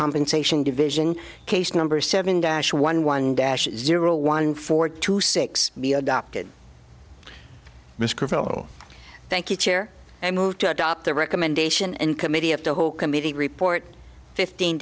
compensation division case number seven dash one one dash zero one four two six be adopted mr carville thank you chair i move to adopt the recommendation in committee of the whole committee report fifteen